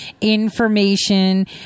information